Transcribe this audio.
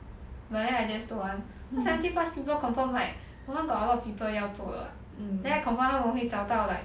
but then I just don't want the seventy plus people confirm like confirm got a lot of people 要做的 then I confirm 我会找到 like